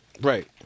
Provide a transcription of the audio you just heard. Right